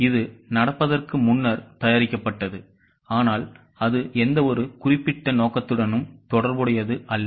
இதுநடப்பதற்கு முன்னர் தயாரிக்கப்பட்டது ஆனால் அது எந்தவொரு குறிப்பிட்ட நோக்கத்துடனும் தொடர்புடையது அல்ல